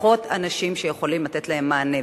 פחות אנשים יכולים לתת להם מענה.